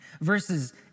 Verses